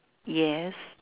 yes